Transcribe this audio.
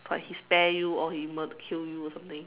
like he spare you or he murder kill you or something